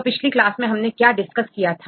तो पिछली क्लास में हमने क्या डिस्कस किया था